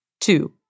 Two